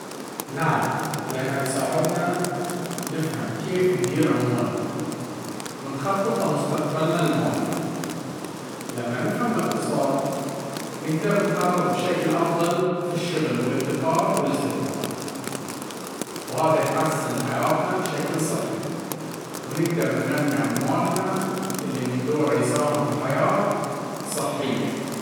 نعم، لأنها تساعدنا نفهم كيف ندير أموالنا ونخطط لمستقبلنا المالي. لما نفهم الاقتصاد، نقدر نقرر بشكل أفضل في الشغل والادخار والاستثمار، وهذا يحسن حياتنا بشكل صحي ونقدر نمي أموالنا اللي من دوره يساهم في حياة صحية.